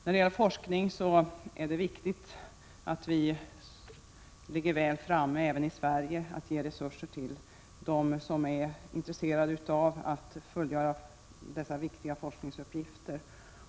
För forskningen är det viktigt att även vi i Sverige ligger väl framme när det gäller att avsätta resurser till dem som är intresserade av att fullgöra dessa viktiga forskningsuppgifter.